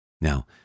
Now